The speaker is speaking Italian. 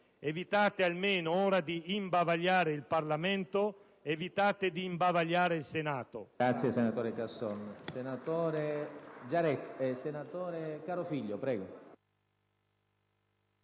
Evitate almeno ora di imbavagliare il Parlamento; evitate di imbavagliare il Senato!